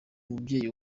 mubyeyi